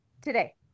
Today